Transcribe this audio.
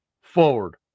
forward